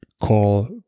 call